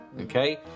okay